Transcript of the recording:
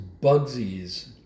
Bugsies